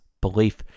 Belief